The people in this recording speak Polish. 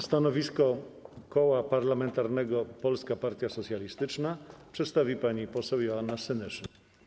Stanowisko Koła Parlamentarnego Polska Partia Socjalistyczna przedstawi pani poseł Joanna Senyszyn.